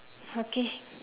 okay